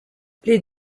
les